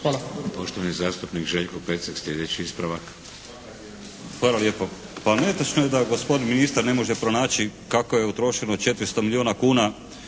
(HDZ)** Poštovani zastupnik Željko Pecek. Sljedeći ispravak. **Pecek, Željko (HSS)** Hvala lijepo. Pa netočno je da gospodin ministar ne može pronaći kako je utrošeno 400 milijuna kuna